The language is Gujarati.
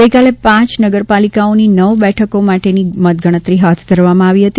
ગઇકાલે પાંચ નગરપાલિકાઓની નવ બેઠકો માટેની મતગણતરી હાથ ધરવામાં આવી હતી